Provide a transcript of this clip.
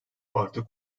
artık